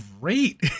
great